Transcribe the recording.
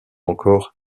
encore